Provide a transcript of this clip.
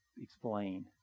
explain